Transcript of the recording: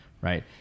right